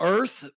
Earth